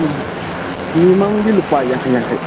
ꯎꯝ ꯃꯤ ꯑꯃꯃꯝꯒꯤ ꯂꯨꯄꯥ ꯌꯥꯡꯈꯩ ꯌꯥꯡꯈꯩ